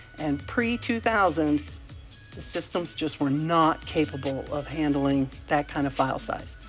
and pre two thousand the systems just were not capable of handling that kind of file size.